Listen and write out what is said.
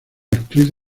actriz